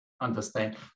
Understand